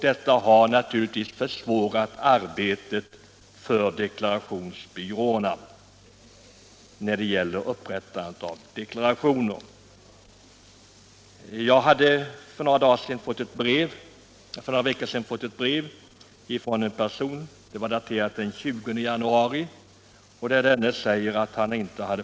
Detta har naturligtvis försvårat arbetet för deklarationsbyråerna. Jag fick för några veckor sedan ett brev, som var daterat den 20 januari, där brevskrivaren säger att han ännu inte fått de blanketter som han behöver för sitt arbete med att hjälpa folk med upprättande av deklarationer. Med hänsyn till detta tycker jag att det borde vara möjligt att ge generellt anstånd.